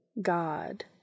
God